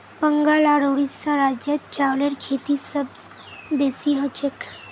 बंगाल आर उड़ीसा राज्यत चावलेर खेती सबस बेसी हछेक